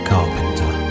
Carpenter